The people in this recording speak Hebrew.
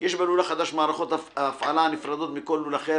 יש בלול החדש מערכות הפעלה הנפרדות מכל לול אחר,